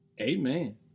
amen